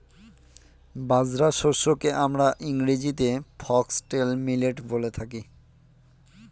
বাজরা শস্যকে আমরা ইংরেজিতে ফক্সটেল মিলেট বলে থাকি